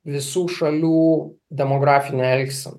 visų šalių demografinę elgseną